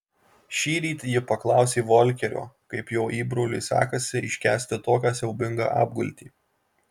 šįryt ji paklausė volkerio kaip jo įbroliui sekasi iškęsti tokią siaubingą apgultį